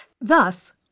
Thus